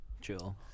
Chill